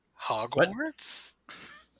Hogwarts